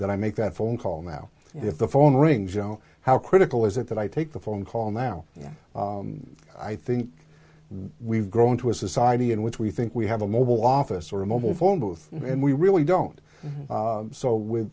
that i make that phone call now if the phone rings you know how critical is it that i take the phone call now yeah i think we've grown to a society in which we think we have a mobile office or a mobile phone booth and we really don't so with